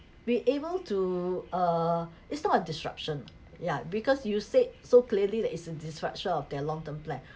be able to uh it's not a disruption yeah because you said so clearly there is a disruption of their long-term plan